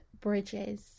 bridges